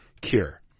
cure